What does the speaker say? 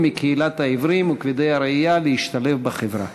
מקהילת העיוורים וכבדי הראייה להשתלב בחברה.